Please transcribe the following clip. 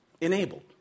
enabled